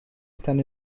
están